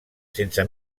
sense